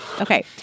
okay